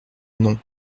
non